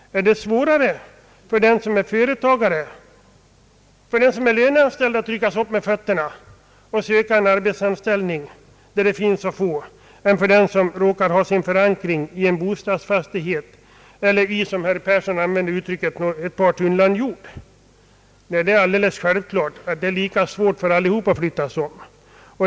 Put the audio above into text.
Är det svårare för en löneanställd att ryckas upp med rötterna och söka en arbetsanställning där sådan finns att få än för den som har sin förankring i en bostadsfastighet eller — som herr Persson uttryckte det — i ett par tunnland jord? Nej, det är alldeles självklart lika svårt för alla att tvingas flytta.